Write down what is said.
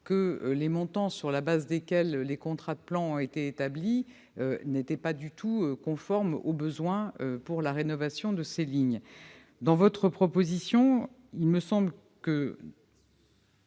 que les montants sur la base desquels ces contrats avaient été établis n'étaient pas du tout conformes aux besoins pour la rénovation de ces lignes. Votre proposition me paraît perdre